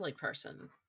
person